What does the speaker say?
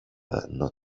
not